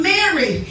Mary